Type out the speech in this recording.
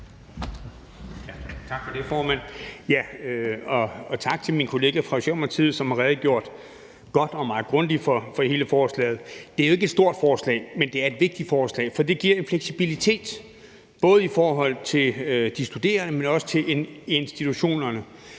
Tak for det, formand. Og tak til min kollega fra Socialdemokratiet, som redegjorde godt og meget grundigt for hele forslaget. Det er jo ikke et stort forslag, men det er et vigtigt forslag, for det giver en fleksibilitet, både i forhold til de studerende, men også i forhold til institutionerne